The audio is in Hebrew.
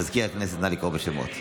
מזכיר הכנסת, נא לקרוא בשמות.